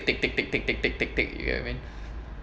take take take take take take take take you get what I mean